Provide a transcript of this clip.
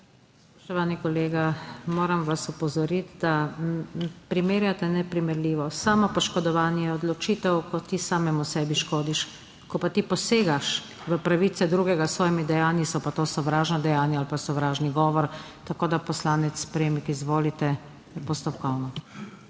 Spoštovani kolega, moram vas opozoriti, da primerjate neprimerljivo. Samopoškodovanje je odločitev, ko ti samemu sebi škodiš. Ko ti posegaš v pravice drugega s svojimi dejanji, so pa to sovražna dejanja ali pa sovražni govor. Poslanec, Premik, izvolite. **MAG.